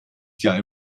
jahr